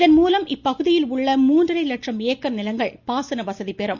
இதன்மூலம் இப்பகுதியில் உள்ள மூன்றரை லட்சம் ஏக்கர் நிலங்கள் பாசன வசதி பெறும்